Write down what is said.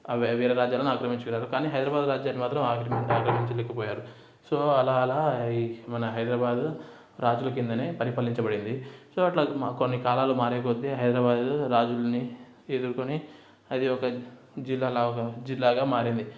వే వేరే రాజ్యాలని ఆక్రమించారు కానీ హైదరాబాద్ రాజ్యాన్ని మాత్రం ఆక్రమిం ఆక్రమించలేకపోయారు సో అలా అలా ఈ మన హైదరాబాదు రాజుల క్రిందనే పరిపాలించబడింది సో అట్లా మా కొన్ని కాలాలు మారేకొద్దీ హైదరాబాదు రాజులని ఎదుర్కొని అది ఒక జిల్లాలాగా జిల్లాగా మారింది